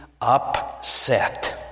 upset